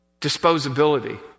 disposability